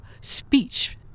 speech